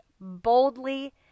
boldly